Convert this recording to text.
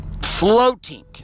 floating